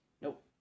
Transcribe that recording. Nope